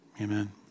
amen